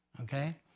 Okay